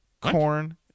Corn